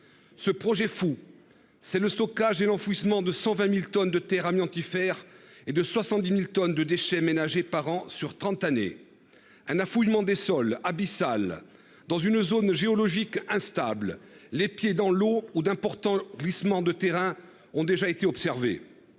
Ce projet fou, c'est le stockage et l'enfouissement de 120.000 tonnes de terre amiante faire et de 70.000 tonnes de déchets ménagers par an sur 30 années. Un affouillement des sols abyssal dans une zone géologique instable, les pieds dans l'eau, où d'importants glissements de terrain ont déjà été observés